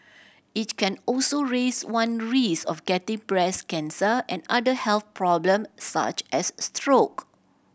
it can also raise one risk of getting breast cancer and other health problem such as stroke